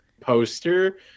poster